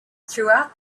throughout